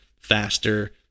faster